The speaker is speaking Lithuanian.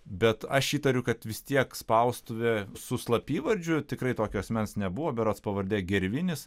bet aš įtariu kad vis tiek spaustuvė su slapyvardžiu tikrai tokio asmens nebuvo berods pavardė gervinis